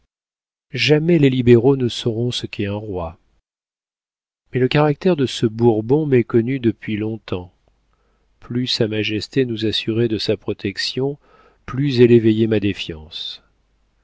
jamais les libéraux ne sauront ce qu'est un roi mais le caractère de ce bourbon m'est connu depuis longtemps plus sa majesté nous assurait de sa protection plus elle éveillait ma défiance